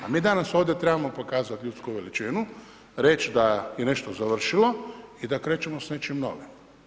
A mi danas ovdje trebamo pokazat ljudsku veličinu, reći da je nešto završilo i da krećemo s nečim novim.